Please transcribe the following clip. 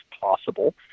possible